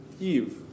Eve